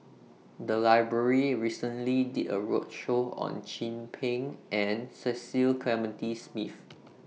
The Library recently did A roadshow on Chin Peng and Cecil Clementi Smith